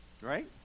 right